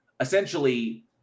essentially